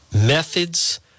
Methods